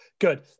good